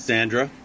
Sandra